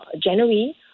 January